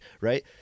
right